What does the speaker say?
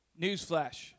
Newsflash